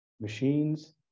machines